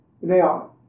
Now